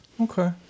Okay